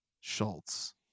Schultz